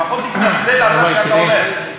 לפחות תתנצל על מה שאתה אומר.